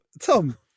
Tom